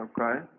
Okay